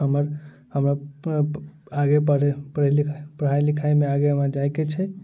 हमर हमरा आगे पढाइ लिखाइमे आगे हमरा जाइके छै